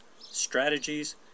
strategies